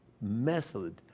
method